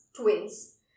twins